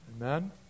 Amen